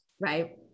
Right